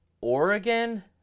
Oregon